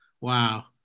Wow